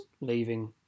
leaving